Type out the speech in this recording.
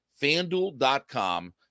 FanDuel.com